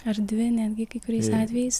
ar dvi netgi kai kuriais atvejais